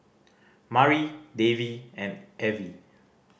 Mari Davey and Evie